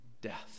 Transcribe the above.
Death